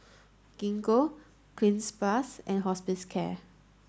Gingko Cleanz plus and Hospicare